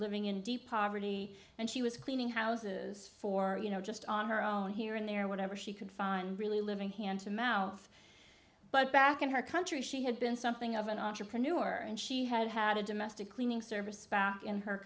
living in deep poverty and she was cleaning houses for you know just on her own here and there whatever she could find really living hand to mouth but back in her country she had been something of an entrepreneur and she had had a domestic cleaning service back in her